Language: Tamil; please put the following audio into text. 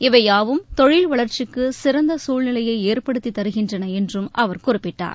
இவை யாவும் தொழில் வளர்ச்சிக்கு சிறந்த சூழ்நிலையை ஏற்படுத்தித் தருகின்றன என்றும் அவர் குறிப்பிட்டார்